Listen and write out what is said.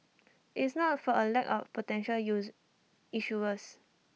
it's not for A lack of potential use issuers